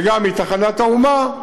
וגם מתחנת האומה,